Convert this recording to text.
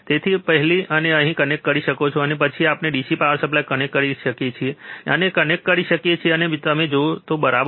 તેથી આપણે પહેલા તેને અહીં કનેક્ટ કરી શકીએ છીએ અને પછી આપણે DC પાવર સપ્લાય કનેક્ટ કરી શકીએ છીએ પહેલા આપણે કનેક્ટ કરી શકીએ છીએ અને પછી જો તમે આપો તો બરાબર